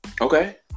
Okay